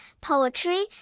poetry